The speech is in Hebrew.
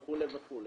וכו' וכו'.